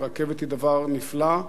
ורכבת היא דבר נפלא,